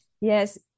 Yes